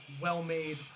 well-made